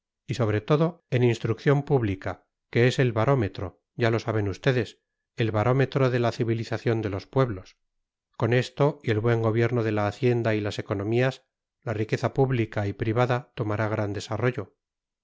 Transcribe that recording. y sobre todo en instrucción pública que es el barómetro ya lo saben ustedes el barómetro de la civilización de los pueblos con esto y el buen gobierno de la hacienda y las economías la riqueza pública y privada tomará gran desarrollo